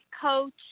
coach